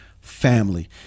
family